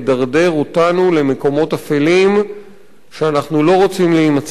אותנו למקומות אפלים שאנחנו לא רוצים להימצא בהם.